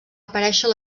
aparèixer